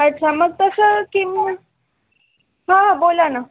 अच्छा मग तसं की मग हां बोला ना